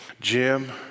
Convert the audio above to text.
Jim